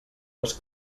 les